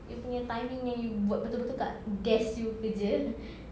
you punya timing yang you buat betul-betul dekat desk you kerja